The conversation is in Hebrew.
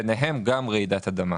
ביניהם גם רעידת אדמה.